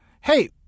Hey